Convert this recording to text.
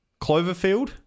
Cloverfield